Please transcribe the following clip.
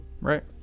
Right